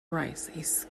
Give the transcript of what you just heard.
rice